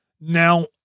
Now